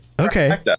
okay